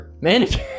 Manager